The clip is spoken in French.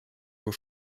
vos